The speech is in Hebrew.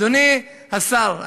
אדוני השר,